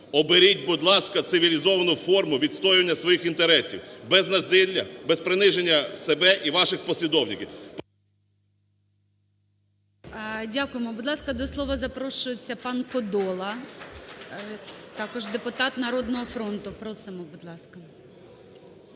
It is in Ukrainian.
Оберіть, будь ласка, цивілізовану форму відстоювання своїх інтересів без насилля, без приниження себе і ваших послідовників. ГОЛОВУЮЧИЙ. Дякуємо. Будь ласка, до слова запрошується пан Кодола, також депутат "Народного фронту". Просимо, будь ласка.